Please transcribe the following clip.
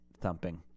thumping